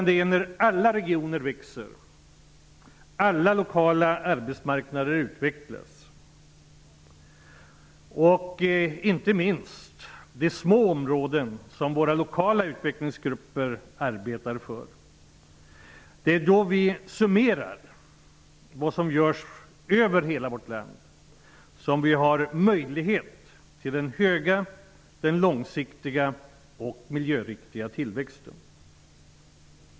Det är när alla regioner växer, när alla lokala arbetsmarknader utvecklas, inte minst de små områden som våra lokala utvecklingsgrupper arbetar för, och när vi summerar vad som görs över hela vårt land, som vi har möjligheter att få den höga, långsiktiga och miljöriktiga tillväxten.